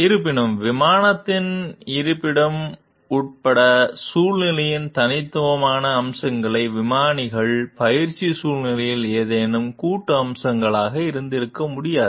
இருப்பினும் விமானத்தின் இருப்பிடம் உட்பட சூழ்நிலையின் தனித்துவமான அம்சங்கள் விமானிகள் பயிற்சி சூழ்நிலைகளில் ஏதேனும் கூட்டு அம்சங்களாக இருந்திருக்க முடியாது